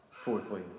fourthly